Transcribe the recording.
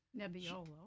Nebbiolo